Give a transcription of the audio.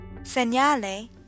Señale